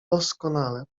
doskonale